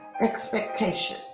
Expectation